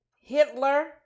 Hitler